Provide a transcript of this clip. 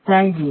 Thank you